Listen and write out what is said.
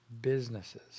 businesses